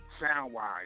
sound-wise